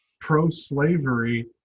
pro-slavery